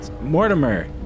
Mortimer